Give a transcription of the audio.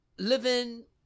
living